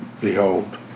Behold